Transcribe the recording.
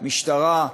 משטרה,